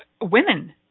women